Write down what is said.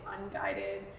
unguided